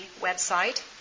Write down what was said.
website